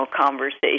conversation